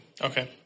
Okay